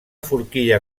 forquilla